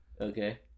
Okay